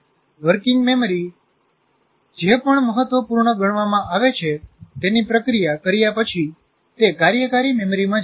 working memory જે પણ મહત્વપૂર્ણ ગણવામાં આવે છે તેની પ્રક્રિયા કર્યા પછી તે કાર્યકારી મેમરીમાં જાય છે